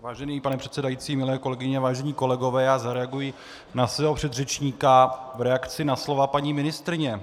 Vážený pane předsedající, milé kolegyně, vážení kolegové, já zareaguji na svého předřečníka v reakci na slova paní ministryně.